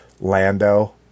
lando